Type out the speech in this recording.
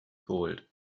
gold